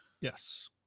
Yes